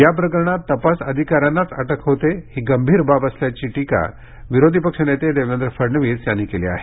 या प्रकरणात तपास अधिकाऱ्यांनाच अटक होते ही गंभीर बाब असल्याची टीका विरोधी पक्षनेते देवेंद्र फडणवीस यांनी केली आहे